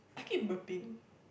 I keep burping